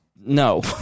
no